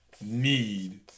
need